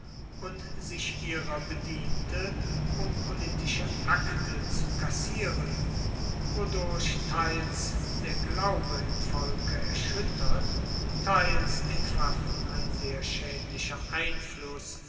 und sich ihrer bediente um politische akte zu kassieren wodurch teils der glaube im volke erschuettert teils den pfaffen ein sehr schaedlicher einfluss